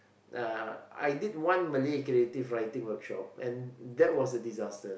uh I did one Malay creative writing workshop and that was a disaster